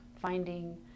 finding